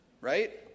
right